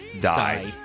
die